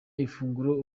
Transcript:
ifunguro